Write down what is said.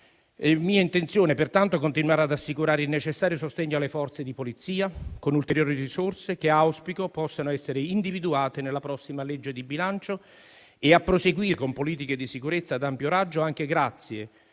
mia intenzione, pertanto, continuare ad assicurare il necessario sostegno alle Forze di polizia con ulteriori risorse, che auspico possano essere individuate nella prossima legge di bilancio, e a proseguire con politiche di sicurezza ad ampio raggio anche grazie